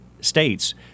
states